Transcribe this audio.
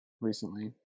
recently